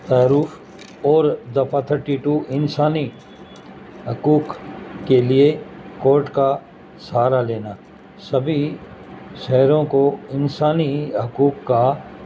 تعارف اور دفعہ تھرٹی ٹو انسانی حقوق کے لیے کورٹ کا سہارا لینا سبھی شہریوں کو انسانی حقوق کا